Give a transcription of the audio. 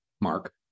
Mark